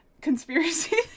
conspiracy